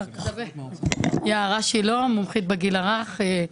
אני מומחית בגיל הרך.